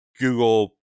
Google